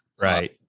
Right